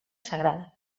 sagrada